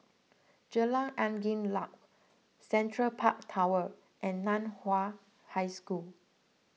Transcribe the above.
Jalan Angin Laut Central Park Tower and Nan Hua High School